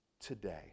today